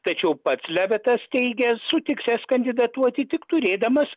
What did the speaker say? tačiau pats levetas teigia sutiksias kandidatuoti tik turėdamas